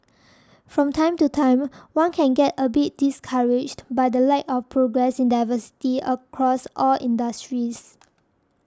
from time to time one can get a bit discouraged by the lack of progress in diversity across all industries